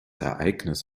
ereignis